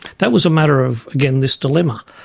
that was a matter of, again, this dilemma.